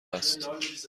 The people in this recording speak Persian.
است